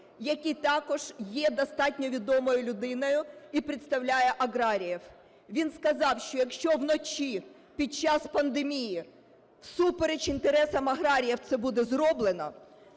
який також є достатньо відомою людиною і представляє аграріїв. Він сказав, що якщо вночі під час пандемії всупереч інтересам аграріїв це буде зроблено,